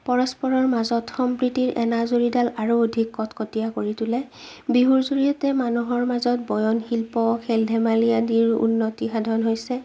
পৰস্পৰৰ মাজত সম্প্ৰীতিৰ এনাজৰীডাল আৰু অধিক কটকটীয়া কৰি তুলে বিহুৰ জৰিয়তে মানুহৰ মাজত বয়ন শিল্প খেল ধেমালি আদিৰ উন্নতি সাধন হৈছে